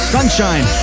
Sunshine